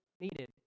needed